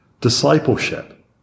discipleship